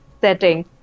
setting